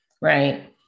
right